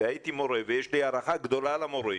הייתי מורה ויש לי הערכה גדולה למורים,